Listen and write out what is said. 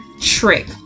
trick